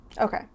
Okay